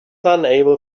unable